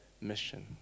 mission